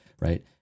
right